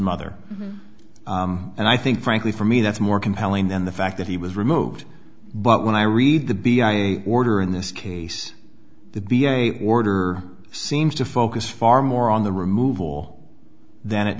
mother and i think frankly for me that's more compelling than the fact that he was removed but when i read the b i v order in this case the d n a order seems to focus far more on the removal than it